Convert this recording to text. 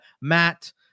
Matt